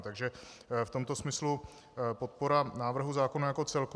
Takže v tomto smyslu podpora návrhu zákona jako celku.